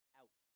out